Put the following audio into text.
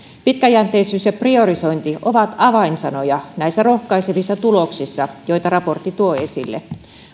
pitkäjänteisyys ja priorisointi ovat avainsanoja näissä rohkaisevissa tuloksissa joita raportti tuo esille